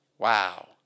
Wow